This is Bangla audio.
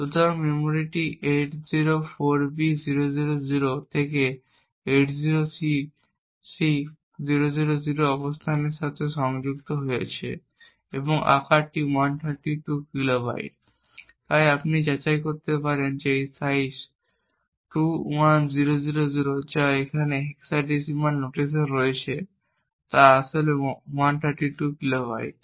সুতরাং এই মেমরিটি 804b000 থেকে 806c000 অবস্থানের সাথে সংযুক্ত হয়েছে এবং আকারটি 132 কিলোবাইট তাই আপনি যাচাই করতে পারেন যে এই সাইজ 21000 যা এখানে হেক্সাডেসিমেল নোটেশনে রয়েছে তা আসলে 132 কিলোবাইট